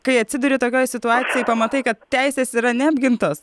kai atsiduri tokioj situacijoj pamatai kad teisės yra neapgintas